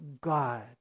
God